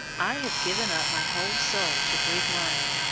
i have given up my whole soul to greek learning,